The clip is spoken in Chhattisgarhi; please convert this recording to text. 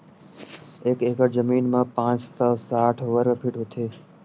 एक एकड़ जमीन मा पांच सौ साठ वर्ग फीट होथे